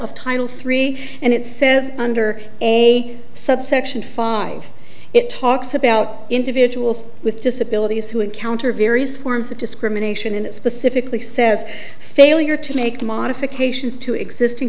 of title three and it says under a subsection five it talks about individuals with disabilities who encounter various forms of discrimination and it specifically says failure to make modifications to existing